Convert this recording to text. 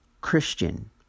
Christian